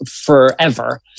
forever